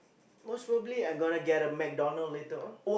most probably I gonna get a MacDonald later on